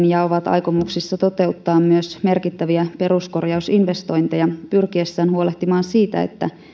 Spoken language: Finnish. ja ovat aikomuksissa toteuttaa myös merkittäviä peruskorjausinvestointeja pyrkiessään huolehtimaan siitä että